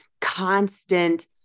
constant